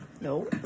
No